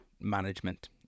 management